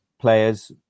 players